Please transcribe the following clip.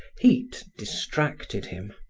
heat distracted him.